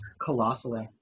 Colossally